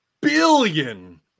billion